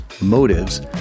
motives